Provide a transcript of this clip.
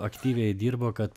aktyviai dirbo kad